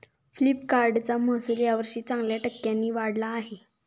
फ्लिपकार्टचे महसुल यावर्षी चांगल्या टक्क्यांनी वाढले आहे